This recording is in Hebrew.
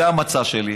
זה המצע שלי,